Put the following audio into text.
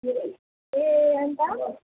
ए अन्त